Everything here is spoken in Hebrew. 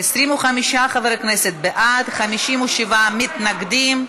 25 חברי כנסת בעד, 57 מתנגדים,